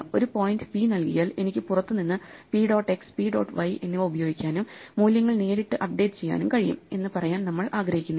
ഒരു point p നൽകിയാൽ എനിക്ക് പുറത്തു നിന്ന് p dot x p dot y എന്നിവ ഉപയോഗിക്കാനും മൂല്യങ്ങൾ നേരിട്ട് അപ്ഡേറ്റ് ചെയ്യാനും കഴിയും എന്ന് പറയാൻ നമ്മൾ ആഗ്രഹിക്കുന്നില്ല